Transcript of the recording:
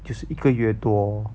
就是一个月多